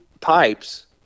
pipes